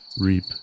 reap